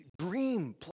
dream